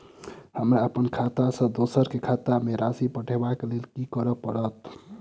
हमरा अप्पन खाता सँ दोसर केँ खाता मे राशि पठेवाक लेल की करऽ पड़त?